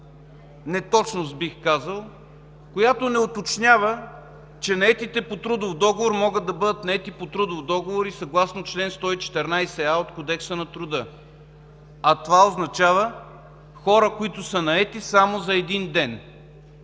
неточност, бих казал, която не уточнява, че наетите по трудов договор могат да бъдат наети по трудов договор и съгласно чл. 114а от Кодекса на труда. А това означава хора, които са наети само за един ден.